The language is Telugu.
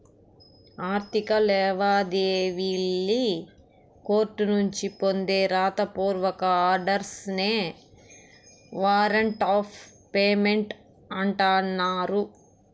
ఆర్థిక లావాదేవీల్లి కోర్టునుంచి పొందే రాత పూర్వక ఆర్డర్స్ నే వారంట్ ఆఫ్ పేమెంట్ అంటన్నారు